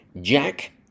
Jack